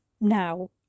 now